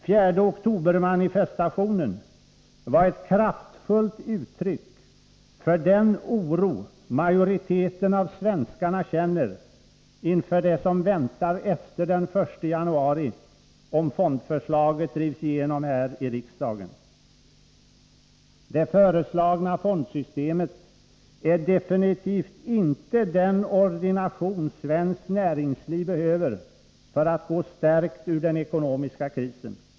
4 oktober-manifestationen var ett kraftfullt uttryck för den oro majoriteten av svenskarna känner inför det som väntar efter den 1 januari, om fondförslaget drivs igenom här i riksdagen. Det föreslagna fondsystemet är definitivt inte den ordination svenskt näringsliv behöver för att gå stärkt ur den ekonomiska krisen.